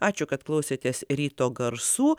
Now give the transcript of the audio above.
ačiū kad klausėtės ryto garsų